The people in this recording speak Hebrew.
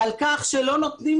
אלה ראשי ארגוני הפשיעה ואלה שסרים